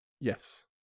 Yes